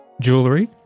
jewelry